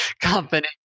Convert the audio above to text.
company